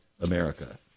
america